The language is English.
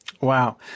Wow